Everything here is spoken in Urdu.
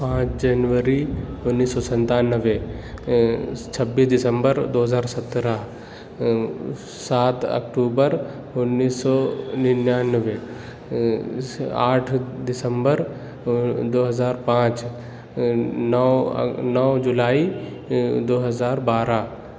پانچ جنوری اُنیس سو ستانوے چھبیس دسمبر دو ہزار سترہ سات اکتوبر اُنیس سو ننانوے آٹھ دسمبر دو ہزار پانچ نو نو جولائی دو ہزار بارہ